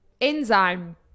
enzyme